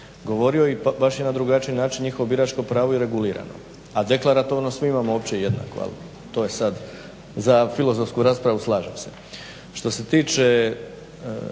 govorio i baš je na drugačiji način njihovo pravo i regulirano, a deklaratorno svi imamo opće i jednako al to je sad za filozofsku raspravu slažem se. Što se tiče